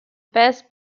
best